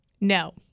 No